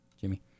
Jimmy